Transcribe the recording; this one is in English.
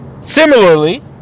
Similarly